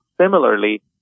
similarly